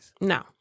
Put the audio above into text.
No